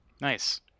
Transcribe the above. Nice